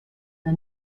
the